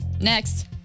next